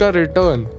return